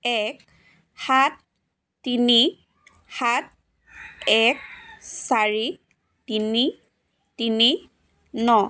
এক সাত তিনি সাত এক চাৰি তিনি তিনি ন